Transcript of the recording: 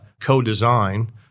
co-design